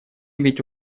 ведь